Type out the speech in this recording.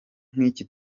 nk’iki